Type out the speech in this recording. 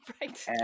Right